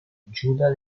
giuda